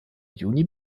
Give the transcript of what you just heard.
juni